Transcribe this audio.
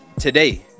Today